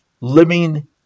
living